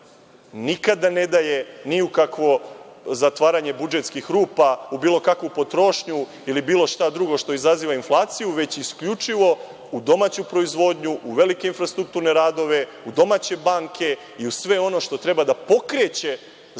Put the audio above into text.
nikada ne daje ni u kakvo zatvaranje budžetskih rupa, u bilo kakvu potrošnju ili bilo šta drugo što izaziva inflaciju, već isključivo u domaću proizvodnju, u velike infrastrukturne radove, u domaće banke i u sve ono što treba da pokreće